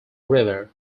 river